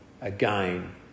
again